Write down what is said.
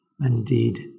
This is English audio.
Indeed